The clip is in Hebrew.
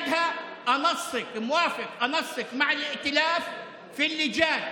אני ביקשתי להעביר את החוק בקריאה טרומית בלבד,